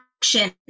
action